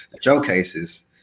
showcases